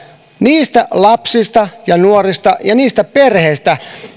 niistä lapsista ja nuorista ja niistä tuhansista perheistä